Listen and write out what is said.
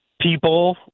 people